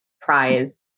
prize